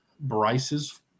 Bryce's